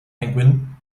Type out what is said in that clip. penguin